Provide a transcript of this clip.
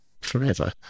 forever